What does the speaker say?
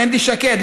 מנדי שקד,